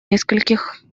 нескольких